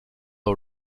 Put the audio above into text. law